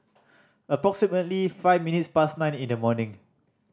approximately five minutes past nine in the morning